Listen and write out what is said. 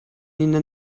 اینه